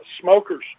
smokers